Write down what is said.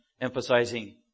emphasizing